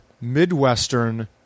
Midwestern